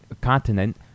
continent